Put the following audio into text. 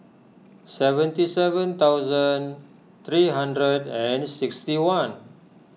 seventy seven thousand three hundred and sixty one